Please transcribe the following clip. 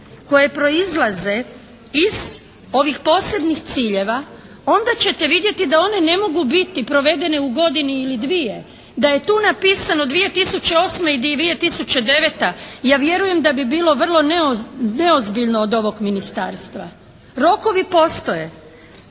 koje proizlaze iz ovih posebnih ciljeva onda ćete vidjeti da one ne mogu biti provedene u godini ili dvije. Da je tu napisano 2008. i 2009. Ja vjerujem da bi bilo vrlo neozbiljno od ovog Ministarstva. Rokovi postoje.